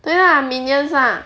对 ah minions ah